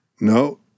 No